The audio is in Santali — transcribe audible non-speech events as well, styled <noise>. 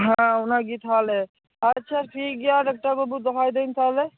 ᱦᱟᱸ ᱚᱱᱟᱜᱮ ᱛᱟᱦᱚᱞᱮ ᱟᱪᱪᱷᱟ ᱴᱷᱤᱠᱜᱮᱭᱟ ᱰᱟᱠᱛᱟᱨ ᱵᱟᱵᱩ ᱫᱚᱦᱚᱭᱫᱟᱹᱧ ᱛᱟᱦᱚᱞᱮ <unintelligible>